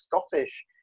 Scottish